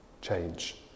change